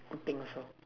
thing also